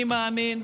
אני מאמין,